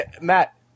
Matt